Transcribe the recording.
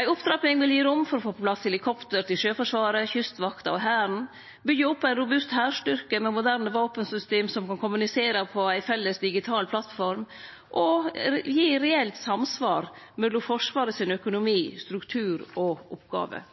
Ei opptrapping vil gi rom for å få på plass helikopter til Sjøforsvaret, Kystvakta og Hæren og byggje opp ein robust hærstyrke med moderne våpensystem som kan kommunisere på ei felles digital plattform. Det vil gi reelt samsvar mellom Forsvarets økonomi, struktur og oppgåver.